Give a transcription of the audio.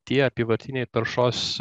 tie apyvartiniai taršos